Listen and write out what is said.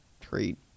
treat